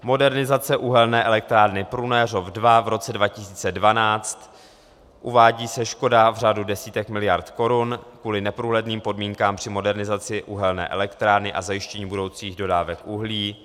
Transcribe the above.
Modernizace uhelné elektrárny Prunéřov II v roce 2012 uvádí se škoda v řádu desítek miliard korun kvůli neprůhledným podmínkám při modernizace uhelné elektrárny a zajištění budoucích dodávek uhlí.